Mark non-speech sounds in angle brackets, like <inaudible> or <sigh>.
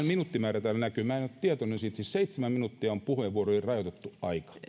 <unintelligible> minuuttimäärä täällä näkyy minä en ole tietoinen siitä että seitsemän minuuttia on puheenvuorojen rajoitettu aika